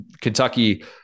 Kentucky